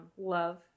love